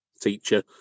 teacher